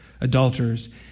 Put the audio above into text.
adulterers